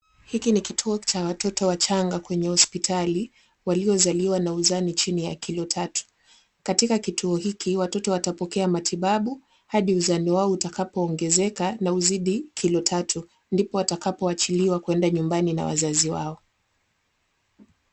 Hiki ni kituo cha watoto wachanga kwenye hospitali, waliozaliwa na uzani chini ya kilo tatu. Katika kituo hiki, watoto watapokea matibabu hadi uzani wao utakapoongezeka na uzidi kilo tatu. Ndipo watakapowachiliwa kwenda nyumbani na wazazi wao.